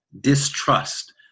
distrust